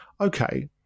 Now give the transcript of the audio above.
okay